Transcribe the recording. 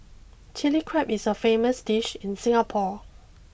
chilli crab is a famous dish in Singapore